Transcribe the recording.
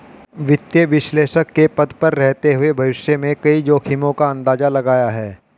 वित्तीय विश्लेषक के पद पर रहते हुए भविष्य में कई जोखिमो का अंदाज़ा लगाया है